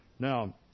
Now